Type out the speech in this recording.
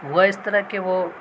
ہوا اس طرح کہ وہ